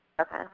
Okay